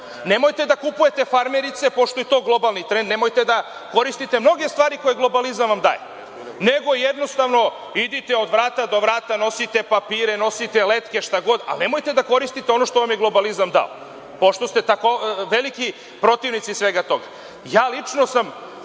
Nemojte da kupujete farmerice, pošto je to globalni trend, nemojte da koristite mnoge stvari koje vam globalizam daje. Nego, jednostavno, idite od vrata do vrata nosite papire, nosite letke, šta god, ali nemojte da koristite ono što vam je globalizam dao, pošto ste tako veliki protivnici svega toga.